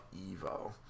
Evo